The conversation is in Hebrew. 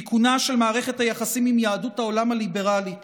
תיקונה של מערכת היחסים עם יהדות העולם הליברלית